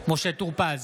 משה טור פז,